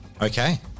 Okay